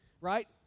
right